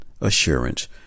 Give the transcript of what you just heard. assurance